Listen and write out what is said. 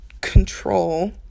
control